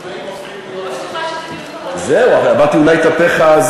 זה הולך הפוך.